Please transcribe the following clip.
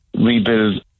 rebuild